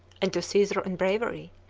and to caesar in bravery,